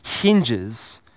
hinges